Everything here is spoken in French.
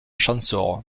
champsaur